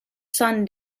son